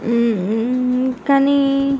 కానీ